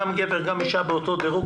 גם גבר וגם אישה באותו דירוג,